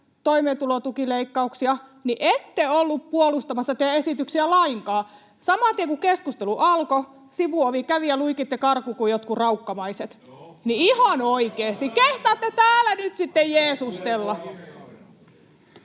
toimeentulotukileikkauksia. Ette olleet puolustamassa teidän esityksiänne lainkaan. Saman tien kun keskustelu alkoi, sivuovi kävi ja luikitte karkuun kuin jotkut raukkamaiset. [Oikealta: No ohhoh!] Niin ihan oikeasti, kehtaatte täällä nyt sitten jeesustella.